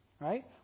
Right